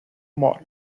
mall